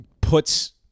puts